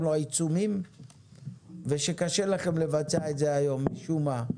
לו עיצומים ושקשה לכם לבצע את זה היום משום מה.